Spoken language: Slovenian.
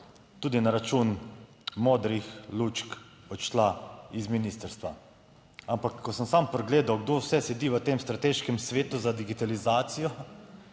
tudi na račun modrih lučk odšla iz ministrstva. Ampak ko sem sam pogledal, kdo vse sedi v tem strateškem svetu za digitalizacijo,